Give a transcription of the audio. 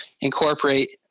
incorporate